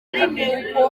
akamenya